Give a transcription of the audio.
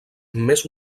més